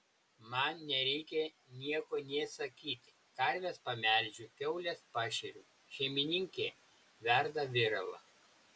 man nereikia nieko nė sakyti karves pamelžiu kiaules pašeriu šeimininkė verda viralą